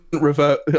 Revert